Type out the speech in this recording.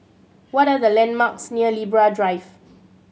what are the landmarks near Libra Drive